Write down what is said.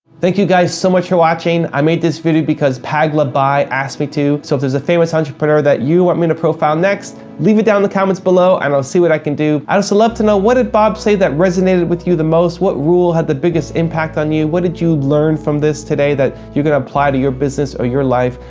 thank you guys so much for watching. i made this video because pagla bye asked me to, so if there's a famous entrepreneur that you want me to profile next, leave it down in the comments below, and i'll see what i can do. i'd also love to know, what did bob say that resonated with you the most? what rule had the biggest impact on you? what did you learn from this today that you can apply to your business or your life?